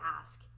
ask